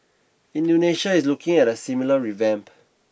Indonesia is looking at a similar revamp